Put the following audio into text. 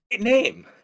name